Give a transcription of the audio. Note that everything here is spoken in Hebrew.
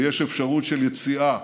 ויש אפשרות של יציאה